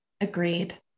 agreed